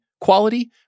quality